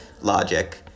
Logic